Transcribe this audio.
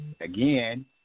again